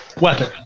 weapon